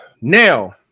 Now